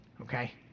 okay